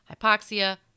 hypoxia